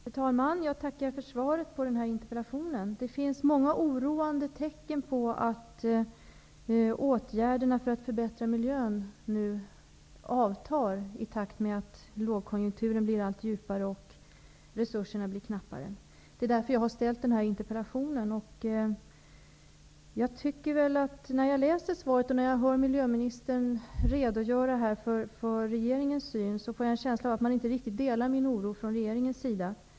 Fru talman! Jag tackar för svaret på denna interpellation. Det finns många oroande tecken på att åtgärderna för att förbättra miljön nu avtar i takt med att lågkonjunkturen blir allt djupare och resurserna blir knappare. Det är därför som jag har framställt denna interpellation. När jag läser svaret och när jag hör miljöministern redogöra för regeringens syn får jag en känsla av att man från regeringens sida inte riktigt delar min oro.